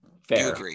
Fair